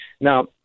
Now